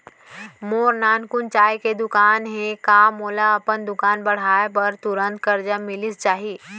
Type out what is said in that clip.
मोर नानकुन चाय के दुकान हे का मोला अपन दुकान बढ़ाये बर तुरंत करजा मिलिस जाही?